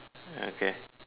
okay